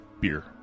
Beer